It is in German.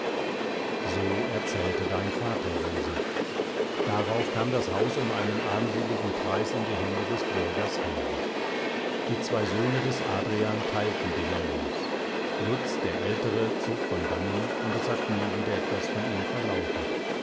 so erzählte dein vater joseph darauf kam das haus um einen armseligen preis in die hände des bürgers hellwig die zwei söhne des adrian teilten den erlös lutz der aeltere zog von dannen und es hat nie wieder etwas von ihm verlautet